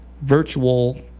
virtual